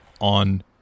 on